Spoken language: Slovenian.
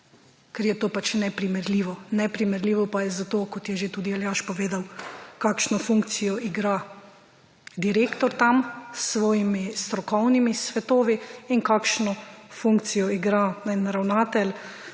ker je to pač neprimerljivo. Neprimerljivo pa je zato, kot je že tudi Aljaž Povedal, kakšno funkcijo igra direktor tam s svojimi strokovnimi svetovi in kakšno funkcija en ravnatelj,